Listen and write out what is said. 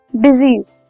disease